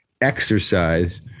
exercise